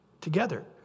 together